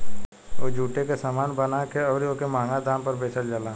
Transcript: उ जुटे के सामान बना के अउरी ओके मंहगा दाम पर बेचल जाला